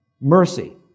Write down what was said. Mercy